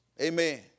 Amen